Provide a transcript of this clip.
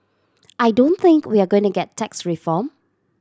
I don't think we're going to get tax reform